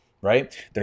right